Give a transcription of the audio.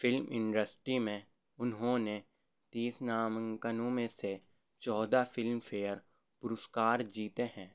film industry میں انہوں نے تیس نامنکنوں میں سے چودہ فلم فیئر پرسکار جیتے ہیں